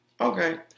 okay